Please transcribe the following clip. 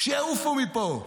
שיעופו מפה.